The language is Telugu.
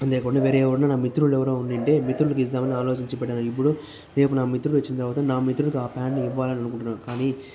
అంతే కాకుండా వేరే ఎవరైనా నా మిత్రులు ఎవరైనా ఉండి ఉంటే మిత్రులకు ఇద్దామని అలోచించి పెట్టాను ఇప్పుడు రేపు నా మిత్రుడు వచ్చిన తర్వాత నా మిత్రుడికి ఆ ప్యాంటు ఇవ్వాలనుకుంటున్నాను కానీ